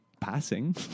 passing